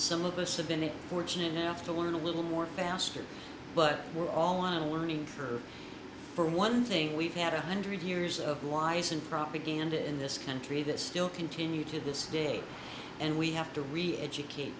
some of us have been fortunate enough to learn a little more faster but we're all on a learning curve for one thing we've had a hundred years of weiss and propaganda in this country that still continue to this day and we have to really educate